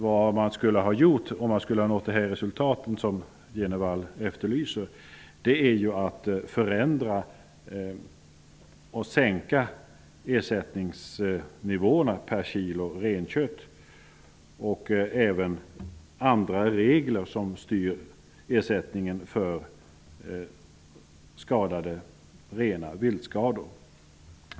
Det man borde ha gjort om man velat nå de resultat som Bo G Jenevall efterlyser hade varit att förändra och sänka ersättningnivåerna per kilo renkött och även ändra andra regler som styr ersättningen för skadade renar och viltskador.